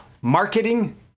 Marketing